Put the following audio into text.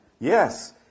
Yes